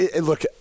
look